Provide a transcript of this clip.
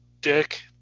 dick